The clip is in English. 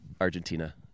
argentina